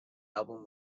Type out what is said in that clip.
album